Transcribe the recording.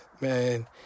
man